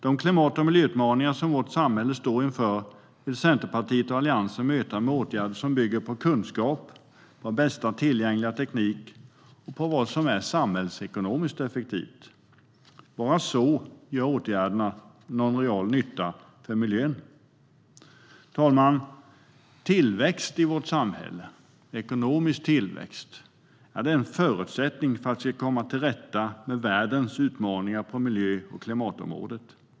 De klimat och miljöutmaningar som vårt samhälle står inför vill Centerpartiet och Alliansen möta med åtgärder som bygger på kunskap, på bästa tillgängliga teknik och på vad som är samhällsekonomiskt effektivt. Bara så ger åtgärderna någon reell nytta för miljön. Herr talman! Ekonomisk tillväxt i vårt samhälle är en förutsättning för att vi ska kunna komma till rätta med världens utmaningar på miljö och klimatområdet.